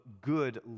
good